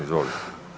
Izvolite.